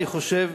אני חושב,